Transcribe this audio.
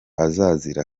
azazira